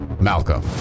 Malcolm